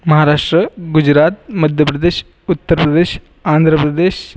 Maharashtra Gujarat Madhya Pradesh Uttar Pradesh Andhra Pradesh